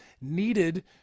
needed